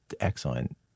excellent